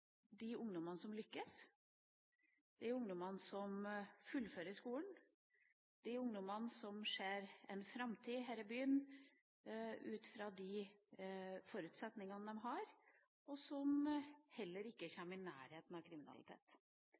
de ungdommene som lykkes, de ungdommene som fullfører skolen, de ungdommene som ser en framtid her i byen ut fra de forutsetningene de har, og som heller ikke kommer i nærheten av kriminalitet.